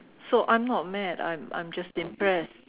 so I'm not mad I'm I'm just impressed